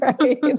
right